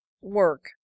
work